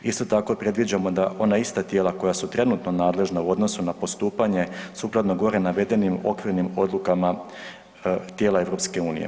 Isto tako predviđamo da ona ista tijela koja su trenutno nadležna u odnosu na postupanje sukladno gore navedenim okvirnim odlukama tijela EU.